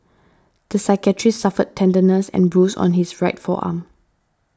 the psychiatrist suffered tenderness and a bruise on his right forearm